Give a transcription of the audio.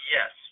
Yes